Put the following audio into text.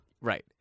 Right